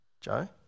Joe